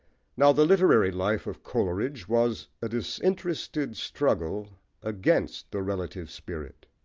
now the literary life of coleridge was a disinterested struggle against the relative spirit.